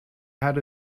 had